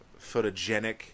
photogenic